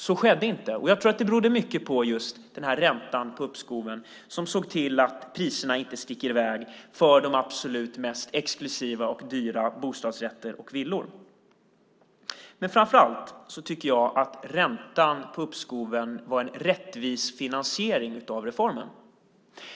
Så skedde inte, och jag tror att det berodde mycket just på den här räntan på uppskoven som såg till att priserna inte stack iväg för de absolut mest exklusiva och dyra bostadsrätterna och villorna. Framför allt tycker jag att räntan på uppskoven var en rättvis finansiering av reformen.